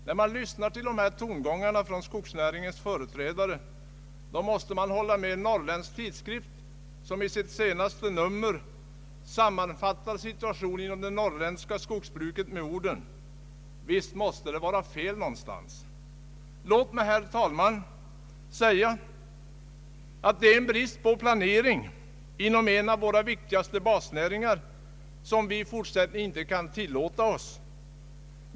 När man lyssnar till dessa tongångar från skogsnäringens företrädare, måste man hålla med Norrländsk Tidskrift som i sitt senaste nummer sammanfattar situationen inom det norrländska skogsbruket med orden: ”Visst måste det vara fel någonstans.” Låt mig, herr talman, säga att det är en brist på planering inom en av våra viktigaste basnäringar som vi i fortsättningen inte kan tillåta.